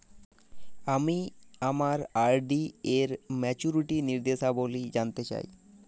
আমি আমার আর.ডি এর মাচুরিটি নির্দেশাবলী জানতে চাই